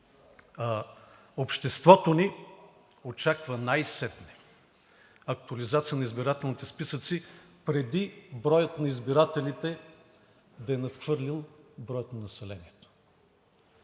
Обществото ни очаква най-сетне актуализация на избирателните списъци преди броят на избирателите да е надхвърлил броя на населението.